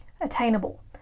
attainable